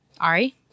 Ari